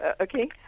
Okay